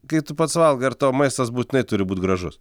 kai tu pats valgai ar tau maistas būtinai turi būt gražus